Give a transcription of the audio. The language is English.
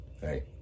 Hey